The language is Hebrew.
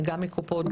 גם מקופות,